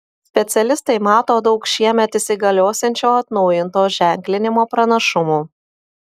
specialistai mato daug šiemet įsigaliosiančio atnaujinto ženklinimo pranašumų